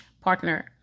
partner